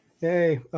hey